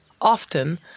Often